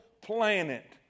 planet